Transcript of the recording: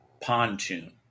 pontoon